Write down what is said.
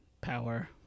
power